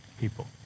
people